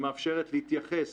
שמאפשרת להתייחס